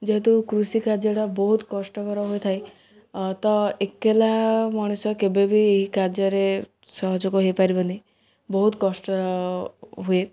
ଯେହେତୁ କୃଷି କାର୍ଯ୍ୟଟା ବହୁତ କଷ୍ଟକର ହୋଇଥାଏ ତ ଏକେଲା ମଣିଷ କେବେବି ଏହି କାର୍ଯ୍ୟରେ ସହଯୋଗ ହୋଇ ପାରିବନି ବହୁତ କଷ୍ଟ ହୁଏ